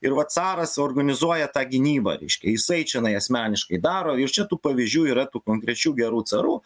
ir va caras organizuoja tą gynybą reiškia jisai čionai asmeniškai daro ir čia tų pavyzdžių yra tų konkrečių gerų carų